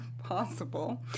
possible